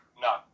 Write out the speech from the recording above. No